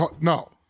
No